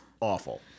awful